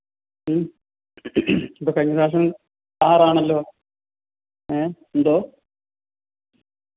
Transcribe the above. ഉം അപ്പം കഴിഞ്ഞപ്രാവശ്യം സാറാണല്ലോ ഏ എന്തോ